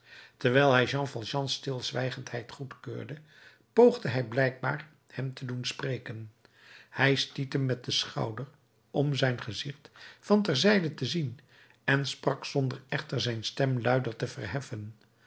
terwijl hij jean valjeans stilzwijgendheid goedkeurde poogde hij blijkbaar hem te doen spreken hij stiet hem met den schouder om zijn gezicht van ter zijde te zien en sprak zonder echter zijn stem luider te verheffen